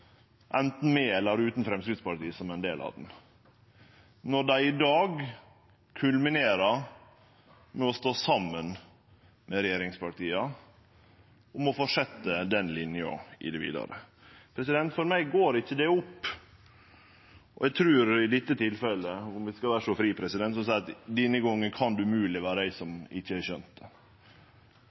med eller utan Framstegspartiet som ein del av ho – når dei i dag kulminerer med å stå saman med regjeringspartia om å fortsetje den linja i det vidare. For meg går ikkje det opp, og om eg skal vere så fri, trur eg at det umogleg kan vere eg som ikkje har skjønt det denne gongen. Når regjeringspartia så tydeleg varslar at dei